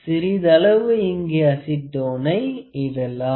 சிறிதளவு இங்கே அசிடோனை இடலாம்